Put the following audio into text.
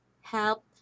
help